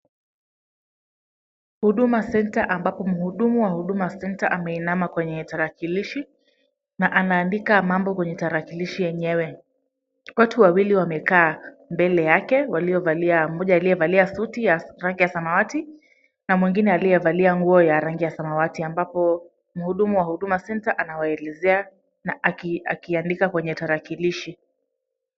Huduma Center ambapo mhudumu wa Huduma Center ameinama kwenye tarakilishi na anaandika mambo kwenye tarakilishi yenyewe. Watu wawili wamekaa mbele yake waliovalia mmoja aliyevalia suti ya rangi ya samawati na mwingine aliyevalia nguo ya rangi ya samawati ambapo mhudumu wa Huduma Center anawaelezea na akiandika kwenye tarakilishi.